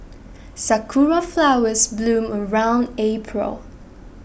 sakura flowers bloom around April